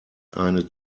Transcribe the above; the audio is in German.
eine